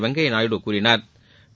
வெங்கப்யா நாயுடு கூறினாள்